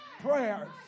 prayers